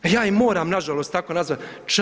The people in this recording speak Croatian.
A ja ih moram nažalost tako nazvat.